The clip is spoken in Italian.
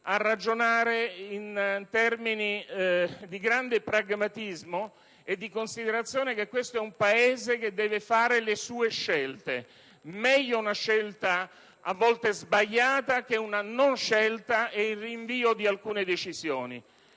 a ragionare in termini di pragmatismo e a considerare che questo Paese deve fare le sue scelte: meglio una scelta a volte sbagliata che una non scelta e il rinvio di alcune decisioni.